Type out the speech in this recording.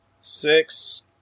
Six